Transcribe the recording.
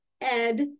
ed